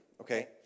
okay